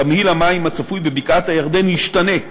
תמהיל המים הצפוי בבקעת-הירדן ישתנה.